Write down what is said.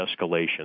escalation